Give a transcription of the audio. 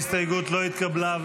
ההסתייגות לא התקבלה.